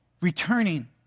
returning